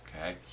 okay